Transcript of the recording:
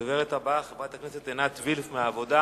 הדוברת הבאה, חברת הכנסת עינת וילף מהעבודה.